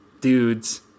dudes